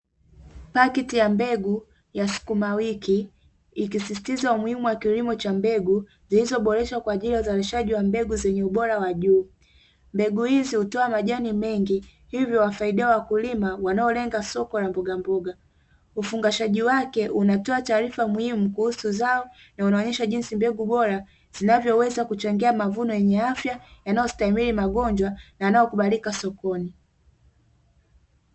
Pakiti ya mbegu ya Sukumawiki ikisisitiza umuhimu wa kilimo cha mbegu zilizoboreshwa kwaajili ya uzalishaji wa mbegu zenye ubora wa juu. Mbegu hizi hutoa majani mengi, hivyo huwasaidia wakulima wanaolenga soko la mbogamboga. Ufungashaji wake unatoka taarifa muhimu kuhusu zao na unaonesha jinsi mbegu bora zinavyoweza kuchangia mavuno yenye afya, yanayostahimili magonjwa na yanayokubalika sokoni.